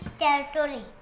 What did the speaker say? territory